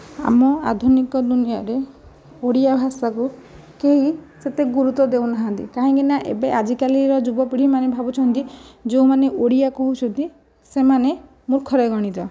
ଆମ ଆଧୁନିକ ଦୁନିଆଁରେ ଓଡ଼ିଆ ଭାଷାକୁ କେହି ସେତେ ଗୁରୁତ୍ୱ ଦେଉନାହାନ୍ତି କାହିଁକି ନା ଏବେ ଆଜି କାଲିର ଯୁବପିଢ଼ିମାନେ ଭାବୁଛନ୍ତି ଯେଉଁମାନେ ଓଡ଼ିଆ କହୁଛନ୍ତି ସେମାନେ ମୁର୍ଖରେ ଗଣିତ